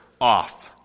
off